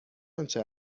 آنچه